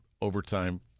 overtime